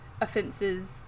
offenses